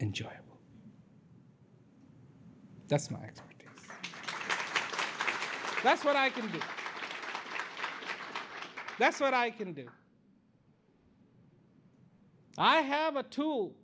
enjoyable that's smart that's what i can that's what i can do i have a tool